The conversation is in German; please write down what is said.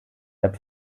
app